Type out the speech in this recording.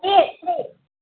એક સ્ટેજ